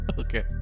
Okay